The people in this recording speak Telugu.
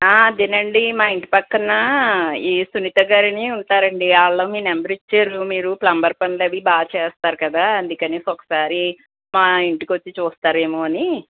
ఆ అదేనండి మా ఇంటి పక్కన ఈ సునీతగారని ఉంటారండి వాళ్ళు మీ నెంబర్ ఇచ్చారు మీరు ప్లంబర్ పన్లు అవి బాగా చేస్తారు కదా అందుకని ఒకసారి మా ఇంటికి వచ్చి చూస్తారేమో అని